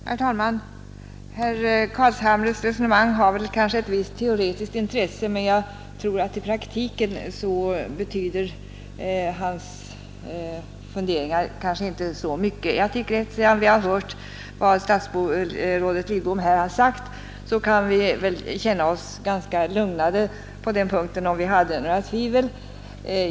Herr talman! Herr Carlshamres resonemang har kanske ett visst teoretiskt intresse, men i praktiken betyder hans funderingar nog inte så mycket. Sedan vi hört vad statsrådet Lidbom här har sagt kan vi väl känna oss lugnade på den punkten — om vi nu hade några tvivel.